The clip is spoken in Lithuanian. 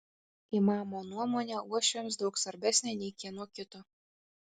imamo nuomonė uošviams daug svarbesnė nei kieno kito